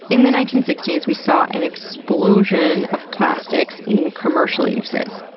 in the nineteen sixty s we saw an explosion of plastics in commercial uses.